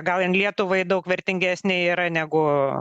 gal jin lietuvai daug vertingesnė yra negu